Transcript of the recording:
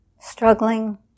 struggling